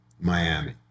Miami